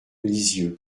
lisieux